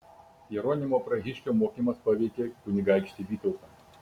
jeronimo prahiškio mokymas paveikė kunigaikštį vytautą